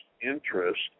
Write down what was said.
interest